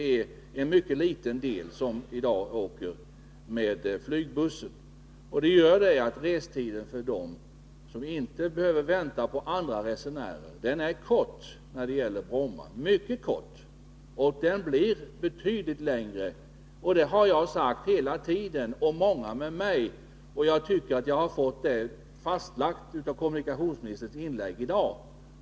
Detta gör att restiden för dem som inte behöver vänta på andra resenärer är mycket kort när det gäller Bromma. Den kommer att bli betydligt längre när det gäller Arlanda. Det har jag sagt hela tiden, och många med mig, och jag tycker att jag har fått det fastlagt av kommunikationsministerns inlägg i dag.